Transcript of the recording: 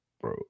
Bro